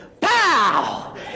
pow